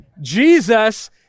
Jesus